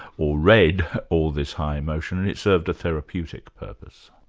or read all this high emotion, and it served a therapeutic purpose.